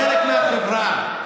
לחלק מהחברה,